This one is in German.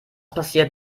passiert